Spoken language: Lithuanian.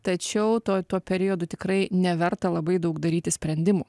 tačiau tuo tuo periodu tikrai neverta labai daug daryti sprendimų